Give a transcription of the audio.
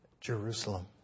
Jerusalem